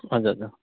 हजुर हजुर